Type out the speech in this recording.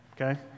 okay